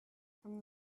from